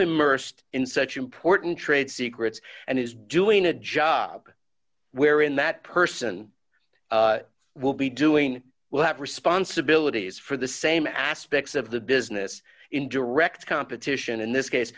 immersed in such important trade secrets and is doing a job where in that person will be doing will have responsibilities for the same aspects of the business in direct competition in this case